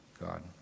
God